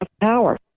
power